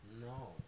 No